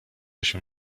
się